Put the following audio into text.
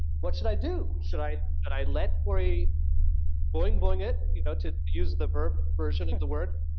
what should i do? should i i let cory boing boing it, you know to use the verb version of the word,